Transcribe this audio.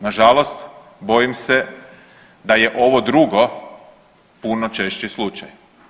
Nažalost bojim se da je ovo drugo puno češći slučaj.